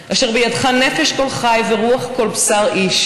/ אשר בידך נפש כל-חי ורוח כל-בשר-איש,